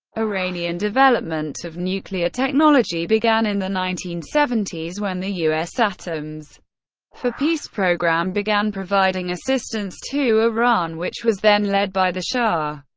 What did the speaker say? iranian development of nuclear technology technology began in the nineteen seventy s, when the u s. atoms for peace program began providing assistance to iran, which was then led by the shah.